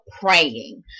praying